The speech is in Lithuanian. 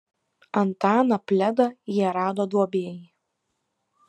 antaną pledą jie rado duobėj